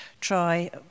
try